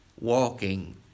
walking